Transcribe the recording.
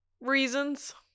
Reasons